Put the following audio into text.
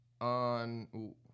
on